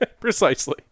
Precisely